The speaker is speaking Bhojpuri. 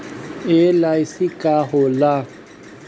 एल.आई.सी का होला?